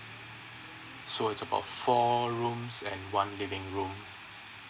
so it's about four rooms and one living room